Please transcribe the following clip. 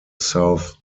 south